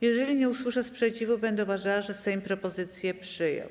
Jeżeli nie usłyszę sprzeciwu, będę uważała, że Sejm propozycję przyjął.